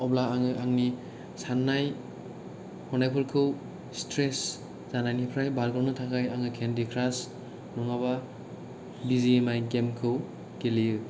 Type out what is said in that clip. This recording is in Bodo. अब्ला आङो आंनि साननाय हनायफोरखौ सिथ्रेस जानायनिफ्राय बारगनो थाखाइ आङो केन्दि क्रास नङाबा B G M I game खौ गेलेयो